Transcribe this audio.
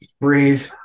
breathe